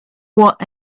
what